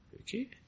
Okay